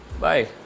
bye